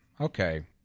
Okay